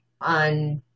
on